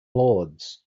lords